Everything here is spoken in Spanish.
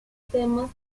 temas